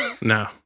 No